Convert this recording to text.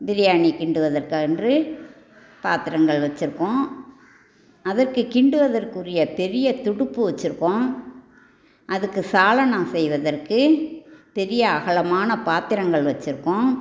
பிரியாணி கிண்டுவதற்கு என்று பாத்திரங்கள் வச்சுருக்கோம் அதற்கு கிண்டுவதற்குரிய பெரிய துடுப்பு வச்சுருக்கோம் அதுக்கு சால்னா செய்வதற்கு பெரிய அகலமான பாத்திரங்கள் வச்சுருக்கோம்